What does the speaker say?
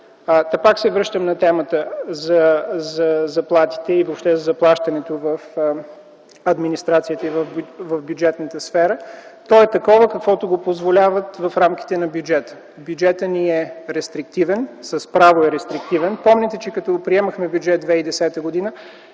нас. Пак се връщам на темата за заплатите и заплащането в администрацията и в бюджетната сфера. То е такова, каквото го позволяват рамките на бюджета. Бюджетът е рестриктивен, с право е рестриктивен. Помните, че когато приемахме Бюджет 2010 г.,